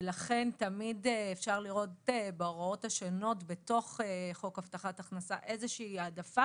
לכן תמיד אפשר לראות בהוראות השונות בתוך חוק הבטחת הכנסה העדפה,